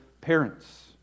parents